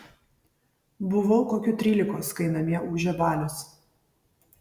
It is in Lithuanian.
buvau kokių trylikos kai namie ūžė balius